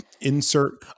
insert